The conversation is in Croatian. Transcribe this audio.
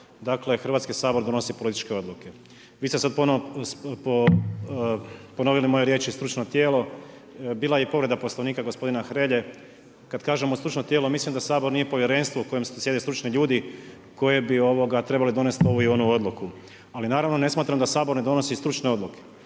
dakle Hrvatski sabor donosi političke odluke. Vi ste sad ponovno ponovili moje riječi stručno tijelo, bila je i povreda Poslovnika gospodina Hrelje, kad kažemo stručno tijelo mislim da Sabor nije povjerenstvo u kojem sjede stručni ljudi koje bi trebali donest ovu i onu odluku. Ali naravno ne smatram da Sabor ne donosi stručne odluke.